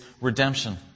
redemption